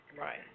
Right